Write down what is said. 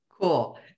cool